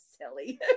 silly